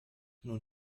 nun